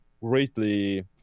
greatly